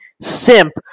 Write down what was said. simp